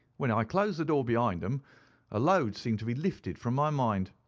when i closed the door behind them a load seemed to be lifted from my mind.